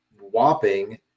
whopping